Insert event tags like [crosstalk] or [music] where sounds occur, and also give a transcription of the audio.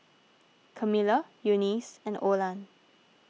[noise] Camila Eunice and Olan